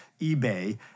eBay